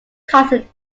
cotton